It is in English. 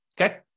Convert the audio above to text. okay